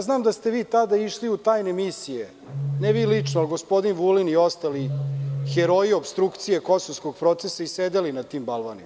Znam da ste vi tada išli u tajne misije, ne vi lično, nego gospodin Vulin i ostali heroji opstrukcije kosovskog procesa i sedali na tim balvanima.